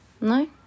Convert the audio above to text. No